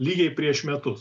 lygiai prieš metus